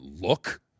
look